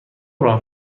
راه